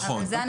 נכון.